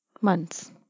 Months